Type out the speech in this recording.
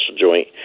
joint